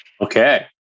Okay